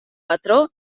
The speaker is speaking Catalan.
patró